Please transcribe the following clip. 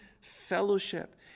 fellowship